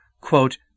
Quote